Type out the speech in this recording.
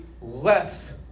less